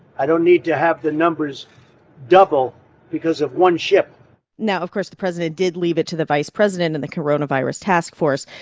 i don't need to have the numbers double because of one ship now, of course, the president did leave it to the vice president and the coronavirus task force,